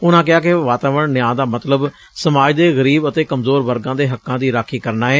ਉਨਾਂ ਕਿਹਾ ਕਿ ਵਾਤਾਵਰਣ ਨਿਆਂ ਦਾ ਮਤਲਬ ਸਮਾਜ ਦੇ ਗਰੀਬ ਅਤੇ ਕਮਜ਼ੋਰ ਵਰਗਾਂ ਦੇ ਹੱਕਾਂ ਦੀ ਰਾਖੀ ਕਰਨਾ ਏ